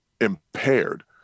impaired